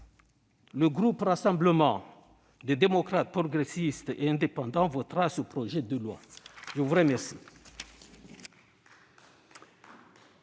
Le groupe Rassemblement des démocrates, progressistes et indépendants votera ce projet de loi. La parole